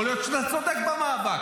יכול להיות שאתה צודק במאבק,